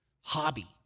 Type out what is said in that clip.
hobby